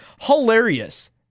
Hilarious